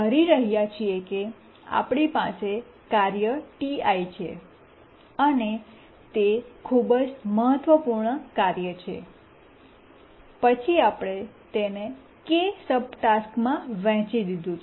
ધારી રહ્યા છીએ કે આપણી પાસે કાર્ય Ti ટિઆઈ છે અને તે ખૂબ જ મહત્વપૂર્ણ કાર્ય છે પછી આપણે તેને કે સબટાસ્ક્સમાં વહેંચી દીધું છે